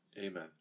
Amen